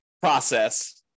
process